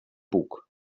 bug